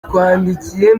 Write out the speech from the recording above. twandikiye